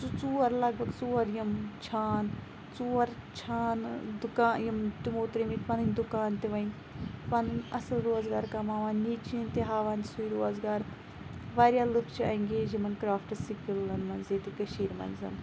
ژور لَگ بَگ ژور یِم چھان ژور چھان دُکان یِم تِمو ترٲمٕتۍ پَنٕنۍ دُکان تہِ وۄنۍ پَنُن اَصل روزگار کَماوان نیٚچیَن تہِ ہاوان سۄے روزگار واریاہ لُکھ چھِ ایٚنٛگیج یِمَن کرافٹہٕ سِکِلَن مَنٛز ییٚتہِ کٔشیٖرِ مَنٛز